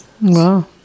Wow